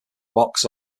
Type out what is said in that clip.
box